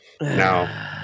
No